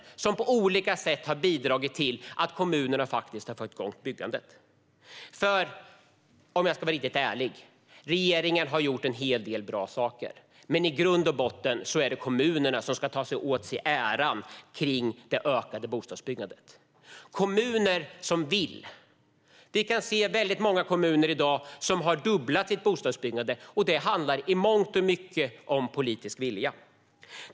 Dessa har på olika sätt bidragit till att kommunerna har fått igång byggandet. Om jag ska vara riktigt ärlig: Regeringen har gjort en hel del bra saker, men i grund och botten är det kommunerna som ska ta åt sig äran för det ökade bostadsbyggandet. Det rör sig om kommuner som vill. Vi kan se väldigt många kommuner som i dag har dubblat sitt bostadsbyggande, och det handlar i mångt och mycket om politisk vilja.